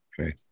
Okay